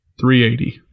380